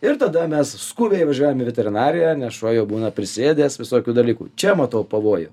ir tada mes skubiai važiuoja į veterinariją nes šuo jau būna prisėdęs visokių dalykų čia matau pavojų